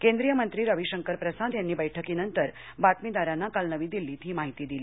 केंद्रीय मंत्री रवी शंकर प्रसाद यांनी बैठकीनंतर बातमीदारांना काल नवी दिल्लीत ही माहिती दिली